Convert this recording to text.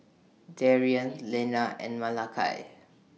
Darion Lena and Malakai